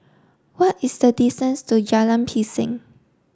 what is the distance to Jalan Pisang